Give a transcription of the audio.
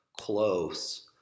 close